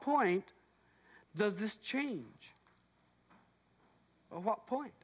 point does this change what point